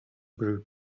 brew